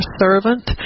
servant